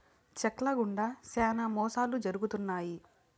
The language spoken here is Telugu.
చెక్ ల గుండా శ్యానా మోసాలు జరుగుతున్నాయి